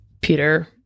Peter